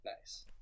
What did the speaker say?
Nice